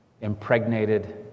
impregnated